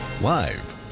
live